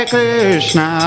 Krishna